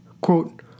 Quote